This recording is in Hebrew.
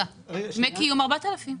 דמי קיום, 4,000 שקלים.